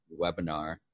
webinar